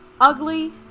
ugly